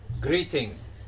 Greetings